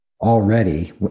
Already